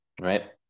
Right